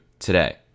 today